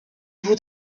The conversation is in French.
vous